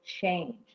change